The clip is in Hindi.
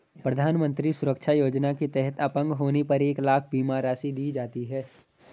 प्रधानमंत्री सुरक्षा योजना के तहत अपंग होने पर एक लाख बीमा राशि दी जाती है